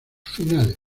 finales